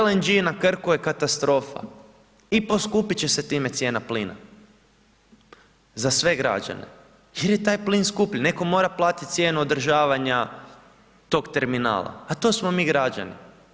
LNG na Krku je katastrofa i poskupit će se time cijena plina za sve građane jer je taj plin skuplji, netko mora platiti cijenu održavanja tog terminala a to smo mi građani.